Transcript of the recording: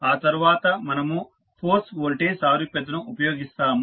ఆ తర్వాత మనము ఫోర్స్ వోల్టేజ్ సారూప్యతను ఉపయోగిస్తాము